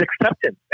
acceptance